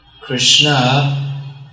Krishna